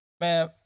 Man